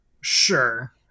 Sure